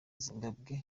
zimbabwe